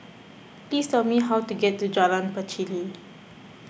please tell me how to get to Jalan Pacheli